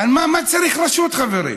מה צריך רשות, חברים?